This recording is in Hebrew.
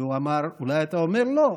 והוא אומר: אולי אתה אומר לא,